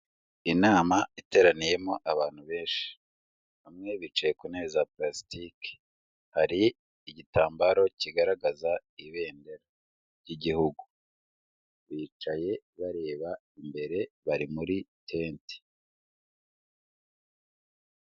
Inama iteraniyemo abantu benshi, bamwe bicaye ku ntebe za parasitiki, hari igitambaro kigaragaza ibendera ry'igihugu, bicaye bareba imbere, bari muri tente.